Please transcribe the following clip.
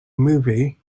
movie